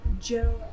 Joe